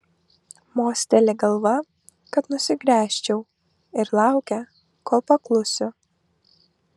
mosteli galva kad nusigręžčiau ir laukia kol paklusiu